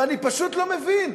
ואני פשוט לא מבין,